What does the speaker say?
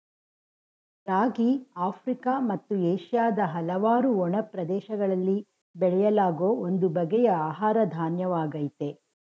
ರಾಗಿ Africa ಮತ್ತು ಏಷ್ಯಾದ ಹಲವಾರು ಒಣ ಪ್ರದೇಶಗಳಲ್ಲಿ ಬೆಳೆಯಲಾಗೋ ಒಂದು ಬಗೆಯ ಆಹಾರ ಧಾನ್ಯವಾಗಯ್ತೆ